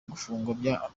gufungwa